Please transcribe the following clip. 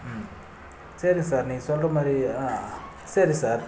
ம் சரி சார் நீங்கள் சொல்கிற மாதிரி ஆ சரி சார்